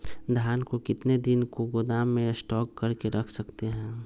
धान को कितने दिन को गोदाम में स्टॉक करके रख सकते हैँ?